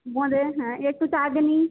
বোঁদে হ্যাঁ একটু চাটনি